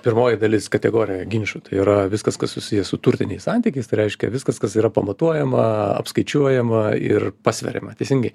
pirmoji dalis kategorija ginčų tai yra viskas kas susiję su turtiniais santykiais tai reiškia viskas kas yra pamatuojama apskaičiuojama ir pasveriama teisingai